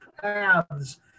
Paths